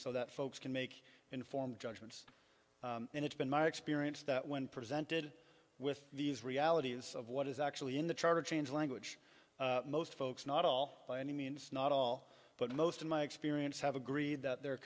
so that folks can make informed judgments and it's been my experience that when presented with these realities of what is actually in the charter change language most folks not all by any means not all but most in my experience have agreed that their